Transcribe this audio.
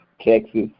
Texas